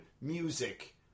music